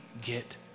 get